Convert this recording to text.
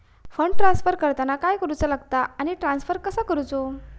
Fund transfer करताना काय करुचा लगता आनी ट्रान्स्फर कसो करूचो?